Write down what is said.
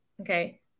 Okay